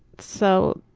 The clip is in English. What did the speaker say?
so,